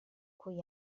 cui